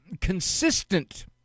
consistent